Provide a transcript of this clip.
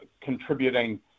contributing